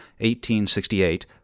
1868